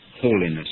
holiness